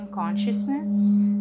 consciousness